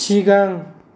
सिगां